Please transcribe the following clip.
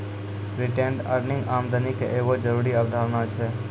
retained earning आमदनी के एगो जरूरी अवधारणा छै